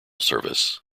service